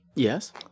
Yes